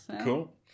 Cool